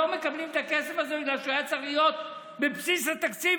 לא מקבלים את הכסף הזה בגלל שהיה צריך להיות בבסיס התקציב,